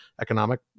economic